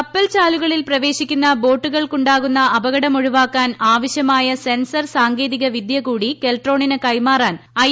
കപ്പൽ ചാലുകളിൽ പ്രവേശിക്കുന്ന ബോട്ടുകൾക്കുണ്ടാകുന്ന അപകടം ഒഴിവാക്കാൻ ആവശ്യമായ സെൻസർ സാങ്കേതിക വിദ്യ കൂടി കെൽട്രോണിന് കൈമാറാൻ ഐ